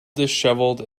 dishevelled